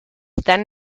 then